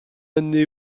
année